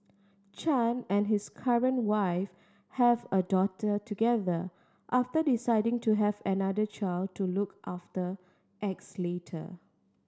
Chan and his current wife have a daughter together after deciding to have another child to look after X later